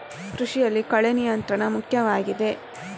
ಕೃಷಿಯಲ್ಲಿ ಕಳೆ ನಿಯಂತ್ರಣ ಮುಖ್ಯವಾಗಿದೆ